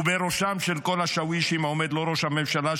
ובראשם של כל השאווישים עומד לו ראש הממשלה,